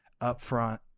upfront